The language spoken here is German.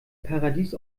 paradies